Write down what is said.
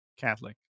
Catholic